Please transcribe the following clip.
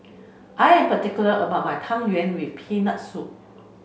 I am particular about my Tang Yuen with Peanut Soup